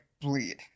bleed